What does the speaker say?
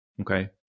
okay